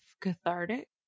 cathartic